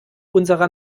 unserer